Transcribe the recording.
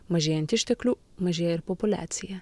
mažėjant išteklių mažėja ir populiacija